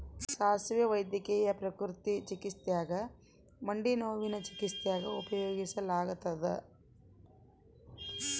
ಸಾಸುವೆ ವೈದ್ಯಕೀಯ ಪ್ರಕೃತಿ ಚಿಕಿತ್ಸ್ಯಾಗ ಮಂಡಿನೋವಿನ ಚಿಕಿತ್ಸ್ಯಾಗ ಉಪಯೋಗಿಸಲಾಗತ್ತದ